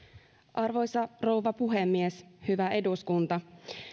arvoisa rouva puhemies hyvä eduskunta